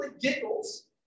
giggles